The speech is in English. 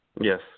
Yes